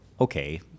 okay